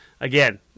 again